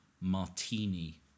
martini